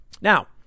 Now